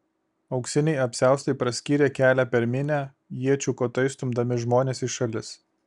auksiniai apsiaustai praskyrė kelią per minią iečių kotais stumdami žmones į šalis